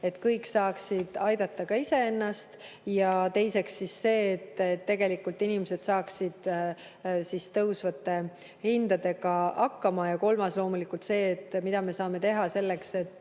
et kõik saaksid ka ise ennast aidata, ja teiseks see, et tegelikult inimesed saaksid tõusvate hindadega hakkama. Kolmas on loomulikult see, mida me saame teha selleks, et